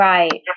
Right